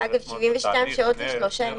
72 שעות זה שלושה ימים,